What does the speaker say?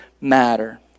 matter